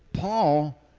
Paul